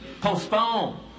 postpone